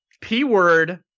P-word